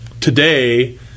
today